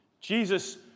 Jesus